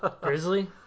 grizzly